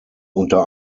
unter